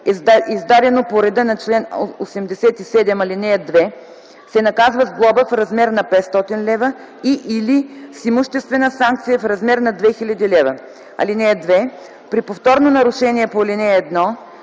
издадено по реда на чл. 87, ал. 2, се наказва с глоба в размер на 500 лв. и/или с имуществена санкция в размер на 2000 лв. (2) При повторно нарушение по ал. 1